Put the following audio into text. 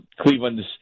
Cleveland's